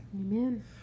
amen